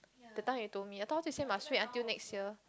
that time you told me I thought this year must wait until next year